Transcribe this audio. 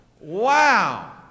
Wow